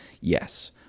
yes